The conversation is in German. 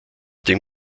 dem